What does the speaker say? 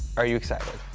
are you excited?